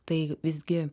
tai visgi